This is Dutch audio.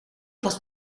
was